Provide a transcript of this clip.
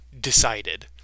decided